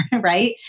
right